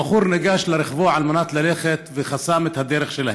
הבחור ניגש לרכבו על מנת ללכת וחסם את הדרך שלהם.